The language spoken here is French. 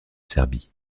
serbie